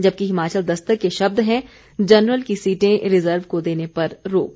जबकि हिमाचल दस्तक के शब्द हैं जनरल की सीटें रिजर्व को देने पर रोक